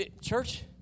church